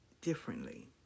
differently